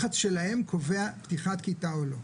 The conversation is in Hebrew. לחץ שלהם קובע פתיחת כיתה או לא.